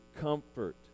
comfort